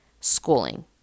schooling